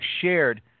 shared